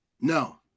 No